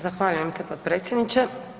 Zahvaljujem se potpredsjedniče.